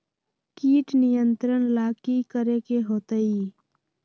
किट नियंत्रण ला कि करे के होतइ?